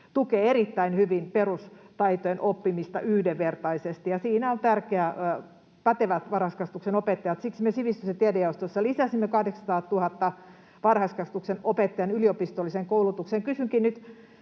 tukee erittäin hyvin perustaitojen oppimista yhdenvertaisesti, ja siinä ovat tärkeitä pätevät varhaiskasvatuksen opettajat. Siksi me sivistys‑ ja tiedejaostossa lisäsimme 800 000 euroa varhaiskasvatuksen opettajien yliopistolliseen koulutukseen.